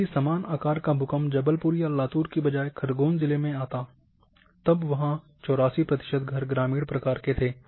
यदि समान आकार का भूकम्प जबलपुर या लातूर के बजाय खरगोन जिले मेन आता में तब वहाँ 84 प्रतिशत घर ग्रामीण प्रकार के थे